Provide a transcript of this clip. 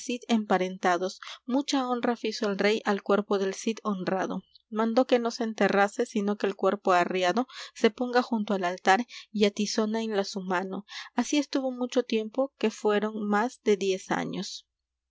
cid emparentados mucha honra fizo el rey al cuerpo del cid honrado mandó que no se enterrase sino que el cuerpo arreado se ponga junto al altar y á tizona en la su mano así estuvo mucho tiempo que fueron más de diez años